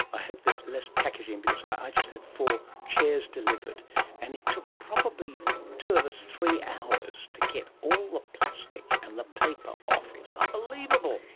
i hope there's less packaging because i just had four chairs delivered and it took probably two of us three hours to get all the ah plastic and the paper off, it was unbelievable.